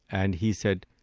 and he said,